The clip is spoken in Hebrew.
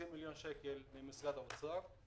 20 מיליון שקל ממשרד האוצר,